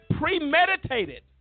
premeditated